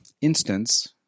instance